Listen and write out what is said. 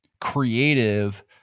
creative